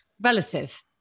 relative